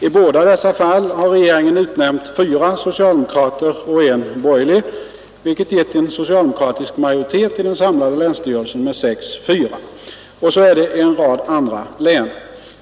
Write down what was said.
I båda dessa fall har regeringen utnämnt 4 socialdemokrater och 1 borgerlig, vilket givit en socialdemokratisk majoritet i den samlade länsstyrelsen med 6—4. På samma sätt är det i en rad andra län.